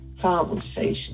conversation